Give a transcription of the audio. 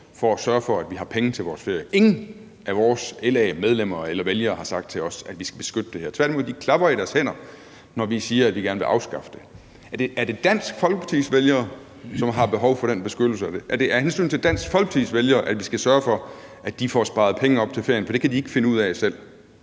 for at sørge for, at vi har penge til vores ferie. Ingen af vores LA-medlemmer eller vælgere har sagt til os, at vi skal beskytte det her. Tværtimod klapper de i deres hænder, når vi siger, at vi gerne vil afskaffe det. Er det Dansk Folkepartis vælgere, som har behov for den beskyttelse? Er det af hensyn til Dansk Folkepartis vælgere, at vi skal sørge for, at de får sparet penge op til ferien, for det kan de ikke finde ud af selv?